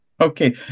Okay